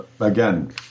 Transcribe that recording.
Again